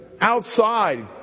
outside